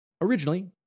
Originally